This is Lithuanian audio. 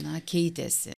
na keitėsi